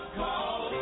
call